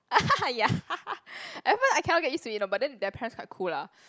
ya at first I cannot get used to it you know but then their parents quite cool lah